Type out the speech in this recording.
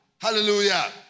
Hallelujah